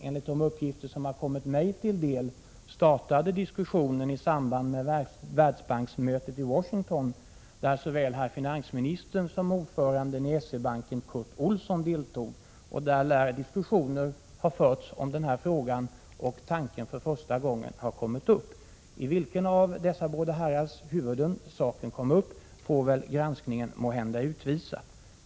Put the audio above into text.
Enligt de uppgifter som kommit mig till del startade diskussionen i samband med Världsbanksmötet i Washington, där såväl herr finansministern som ordföranden i S-E-Banken, Curt Olsson, deltog. Där lär den här tanken och diskussionen i frågan för första gången ha kommit upp. I vilken av dessa båda herrars huvuden saken kom upp får väl granskningen måhända utvisa. Herr talman!